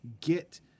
get